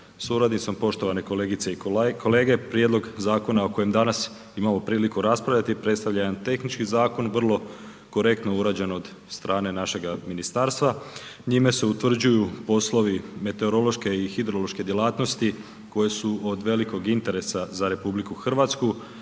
suradnicom, poštovane kolegice i kolege, prijedlog zakona o kojem danas imamo priliku raspravljati predstavlja jedan tehnički zakon vrlo korektno urađen od strane našega ministarstva. Njime se utvrđuju poslovi meteorološke i hidrološke djelatnosti koje su od velikog interesa za RH. Ovim zakonom